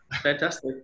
fantastic